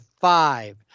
five